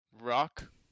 Rock